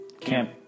camp